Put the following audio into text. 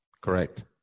Correct